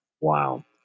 Wow